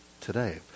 today